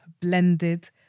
Blended